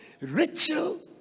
rachel